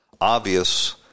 obvious